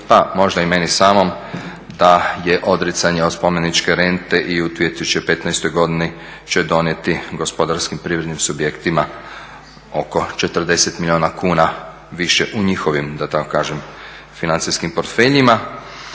pa možda i meni samom, da je odricanje od spomeničke rente i u 2015. godini će donijeti gospodarsko privrednim subjektima oko 40 milijuna kuna više u njihovim financijskim portfeljima.